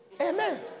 Amen